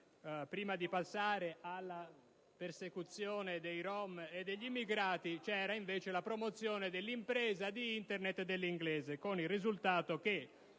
prima di passare alla persecuzione dei rom e degli immigrati, c'era infatti la promozione dell'impresa, di Internet e dell'inglese. Il risultato è che